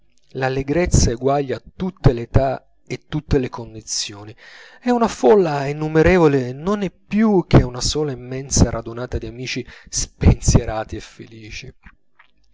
cui l'allegrezza eguaglia tutte le età e tutte le condizioni e una folla innumerevole non è più che una sola immensa radunata di amici spensierati e felici